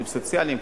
עובדים סוציאליים,